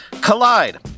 Collide